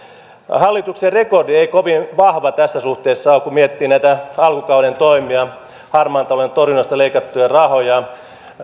hallituksen rekordi ei kovin vahva tässä suhteessa ole kun miettii näitä alkukauden toimia harmaan talouden torjunnasta leikattuja rahoja